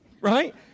right